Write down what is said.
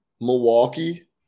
Milwaukee